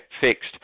fixed